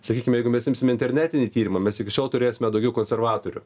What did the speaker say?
sakykim jeigu mes imsim internetinį tyrimą mes iki šiol turėsime daugiau konservatorių